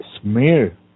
smear